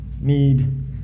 need